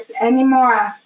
anymore